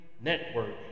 network